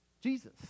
Jesus